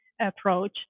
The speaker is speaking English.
approach